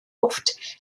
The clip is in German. oft